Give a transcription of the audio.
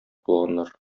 булганнар